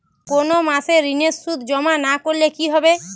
কোনো মাসে ঋণের সুদ জমা না করলে কি হবে?